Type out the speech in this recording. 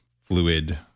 fluid